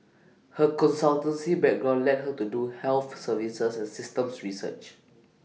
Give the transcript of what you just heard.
her consultancy background led her to do health services and systems research